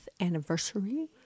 anniversary